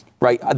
right